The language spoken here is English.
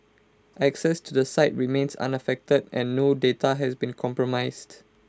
access to the site remains unaffected and no data has been compromised